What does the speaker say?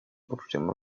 poczuciem